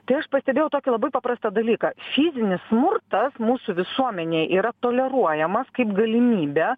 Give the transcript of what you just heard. tai aš pastebėjau tokį labai paprastą dalyką fizinis smurtas mūsų visuomenėj yra toleruojamas kaip galimybė